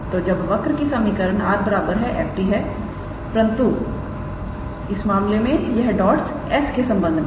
तो जब वक्र की समीकरण 𝑟⃗ 𝑓⃗𝑡 है परंतु इस मामले में यह डॉट्स s के संबंध में है